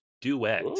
duet